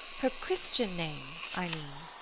her christian name, i mean?